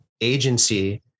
agency